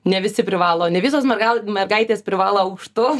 ne visi privalo ne visos mergal mergaitės privalo aukštu